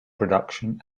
production